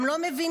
הם לא מבינים,